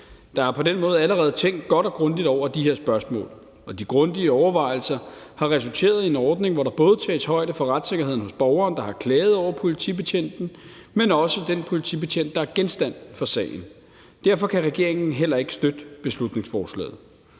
Der er på den måde allerede tænkt godt og grundigt over de her spørgsmål. Og de grundige overvejelser har resulteret i en ordning, hvor der både tages højde for retssikkerheden hos borgeren, der har klaget over politibetjenten, men også den politibetjent, der er genstand for sagen. Derfor kan regeringen heller ikke støtte beslutningsforslaget.